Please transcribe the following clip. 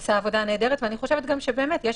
עשה עבודה נהדרת ואני חושבת שבאמת יש